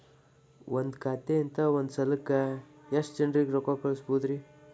ಒಂದ್ ಖಾತೆಯಿಂದ, ಒಂದ್ ಸಲಕ್ಕ ಎಷ್ಟ ಜನರಿಗೆ ರೊಕ್ಕ ಕಳಸಬಹುದ್ರಿ?